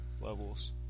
levels